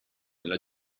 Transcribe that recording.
nella